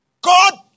God